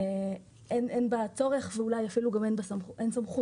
אין בה צורך ואולי גם אין סמכות.